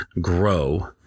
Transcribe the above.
grow